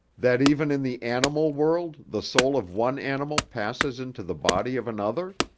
that even in the animal world the soul of one animal passes into the body of another?